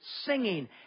singing